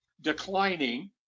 declining